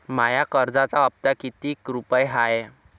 माया कर्जाचा हप्ता कितीक रुपये हाय?